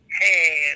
hey